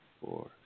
four